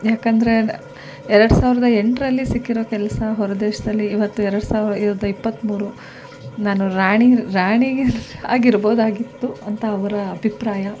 ಯಾಕೆಂದ್ರೆ ಎರಡು ಸಾವಿರ್ದ ಎಂಟರಲ್ಲಿ ಸಿಕ್ಕಿರೋ ಕೆಲಸ ಹೊರ ದೇಶದಲ್ಲಿ ಇವತ್ತು ಎರಡು ಸಾವಿರದ ಇಪ್ಪತ್ತ್ಮೂರು ನಾನು ರಾಣಿ ರಾಣಿ ಆಗಿರ್ಬೋದಾಗಿತ್ತು ಅಂತ ಅವರ ಅಭಿಪ್ರಾಯ